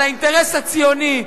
על האינטרס הציוני,